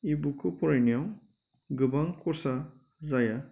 इबुकखौ फरायनायाव गोबां खरसा जाया